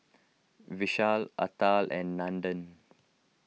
Vishal Atal and Nandan